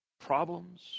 problems